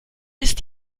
ist